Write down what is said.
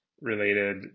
related